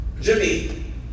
jimmy